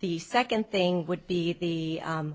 the second thing would be the